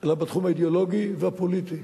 אלא בתחום האידיאולוגי והפוליטי.